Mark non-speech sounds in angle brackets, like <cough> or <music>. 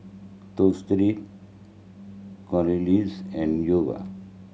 <unintelligible> Clorox and <unintelligible>